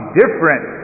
different